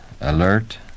alert